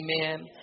Amen